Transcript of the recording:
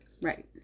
right